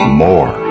more